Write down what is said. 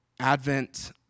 Advent